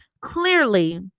clearly